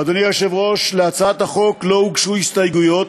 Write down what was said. אדוני היושב-ראש, להצעת החוק לא הוגשו הסתייגויות,